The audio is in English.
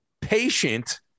patient